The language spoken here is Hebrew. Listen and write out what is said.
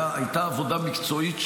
הייתה עבודה מקצועית,